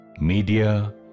Media